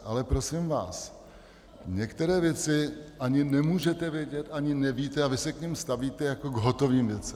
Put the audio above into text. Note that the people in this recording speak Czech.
Ale prosím vás, některé věci ani nemůžete vědět, ani nevíte, a vy se k nim stavíte jako k hotovým věcem.